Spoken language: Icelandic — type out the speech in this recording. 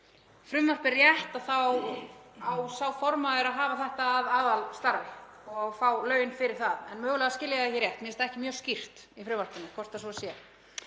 frumvarpið rétt þá á sá formaður að hafa þetta að aðalstarfi og fá laun fyrir það. En mögulega skil ég það ekki rétt, mér finnst það ekki mjög skýrt í frumvarpinu hvort svo sé.